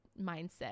mindset